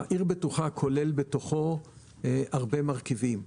עיר בטוחה כולל בתוכו הרבה מרכיבים,